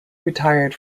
retired